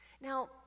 Now